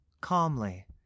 calmly